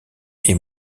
est